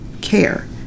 care